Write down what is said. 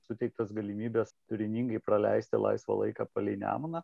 suteiktos galimybės turiningai praleisti laisvą laiką palei nemuną